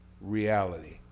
reality